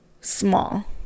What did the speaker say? small